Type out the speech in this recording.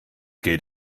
geht